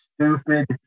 stupid